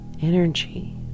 energy